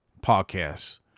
Podcasts